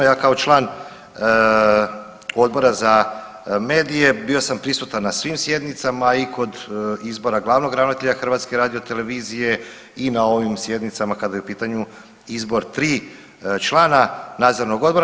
Ja kao član Odbora za medije bio sam prisutan na svim sjednicama i kod izbora glavnog ravnatelja HRT-a i na ovim sjednicama kada je u pitanju izbor tri člana nadzornog odbora.